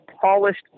polished